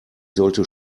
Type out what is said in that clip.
sollte